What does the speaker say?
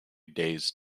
days